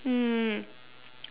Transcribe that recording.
dude